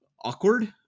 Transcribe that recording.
awkward